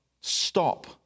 stop